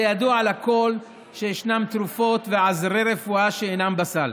זה ידוע לכול שיש תרופות ועזרי רפואה שאינם בסל,